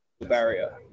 barrier